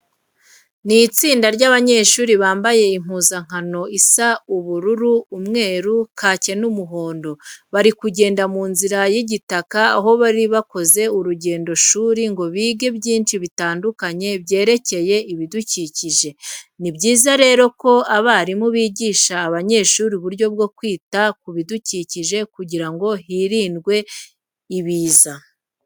Ni itsinda ry'abanyeshuri bambaye impuzankano isa ubururu, umweru, kake n'umuhondo. Bari kugenda mu nzira y'igitaka aho bari bakoze urugendoshuri ngo bige byinshi bitandukanye byerekeye ibidukikije. Ni byiza ko rero abarimu bigisha abanyeshuri uburyo bwo kwita ku bidukikije kugira ngo hirindwe ibiza.